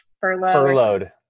furloughed